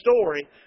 story